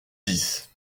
dix